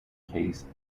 case